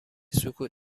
سکوت